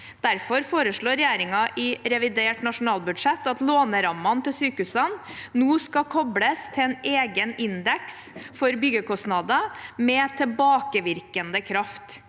Derfor foreslår regjeringen i revidert nasjonalbudsjett at lånerammene til sykehusene nå skal kobles til en egen indeks for byggekostnader med tilbakevirkende kraft.